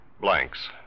Blanks